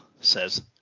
says